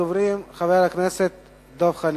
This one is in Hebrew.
ראשון הדוברים חבר הכנסת דב חנין.